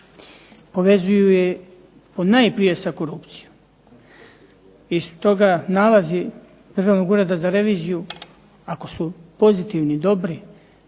Povezuju je ponajprije sa korupcijom. I stoga nalazi Državnog ureda za reviziju ako su pozitivni, dobri,